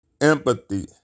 Empathy